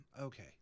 Okay